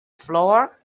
floor